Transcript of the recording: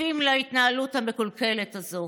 שותפים להתנהלות המקולקלת הזאת.